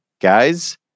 guys